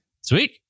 Sweet